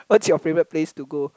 what's your favourite place to go